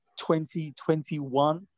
2021